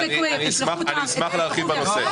אשמח להרחיב בנושא.